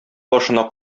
башына